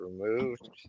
removed